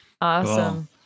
Awesome